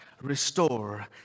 restore